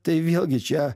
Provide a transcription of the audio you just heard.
tai vėlgi čia